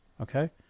Okay